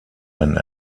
and